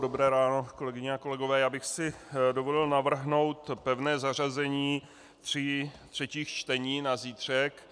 Dobré ráno, kolegyně a kolegové, já bych si dovolil navrhnout pevné zařazení tří třetích čtení na zítřek.